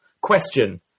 Question